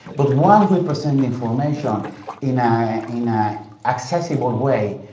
but once we present information in a, in a accessible way,